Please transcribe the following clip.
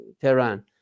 Tehran